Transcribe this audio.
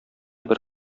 бер